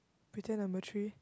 pretend number three